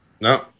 No